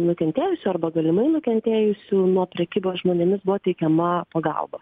nukentėjusių arba galimai nukentėjusių nuo prekybos žmonėmis buvo teikiama pagalba